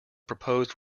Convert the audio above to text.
proposed